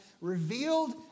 revealed